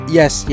yes